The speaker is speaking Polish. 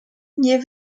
nie